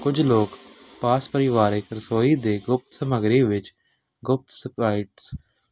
ਕੁਝ ਲੋਕ ਪਾਸ ਪਰਿਵਾਰਕ ਰਸੋਈ ਦੀ ਗੁਪਤ ਸਮੱਗਰੀ ਵਿੱਚ ਗੁਪਤ ਸਪਰਾਈਟਸ